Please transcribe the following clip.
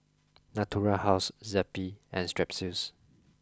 Natura House Zappy and Strepsils